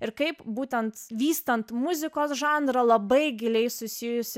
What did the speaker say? ir kaip būtent vystant muzikos žanrą labai giliai susijusi